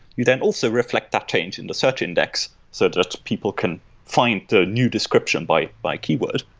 you then also reflect that change into search index so that people can find the new description by by keyword.